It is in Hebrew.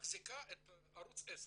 את ערוץ 10?